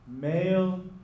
Male